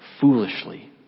foolishly